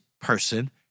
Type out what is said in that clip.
person